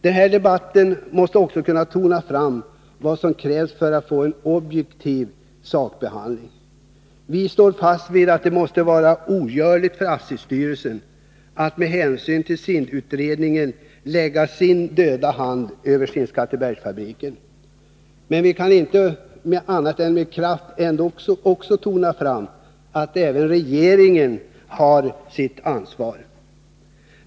Den här debatten måste kunna tona fram vad som krävs för att man skall få en objektiv sakbehandling. Vi står fast vid att det måste vara ogörligt för ASSI-styrelsen att med hänvisning till SIND-utredningen lägga en död hand över Skinnskattebergsfabriken. Men vi kan inte annat än med kraft också tona fram att även regeringen har sitt ansvar.